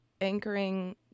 anchoring